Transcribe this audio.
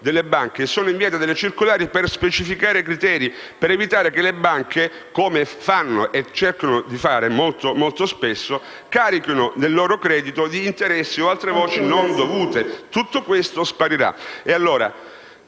delle banche, sono inviate circolari per specificare i criteri, per evitare che le banche, come fanno e cercano di fare molto spesso, carichino il loro credito di interessi o di altre voci non dovute. Tutto questo sparirà.